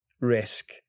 risk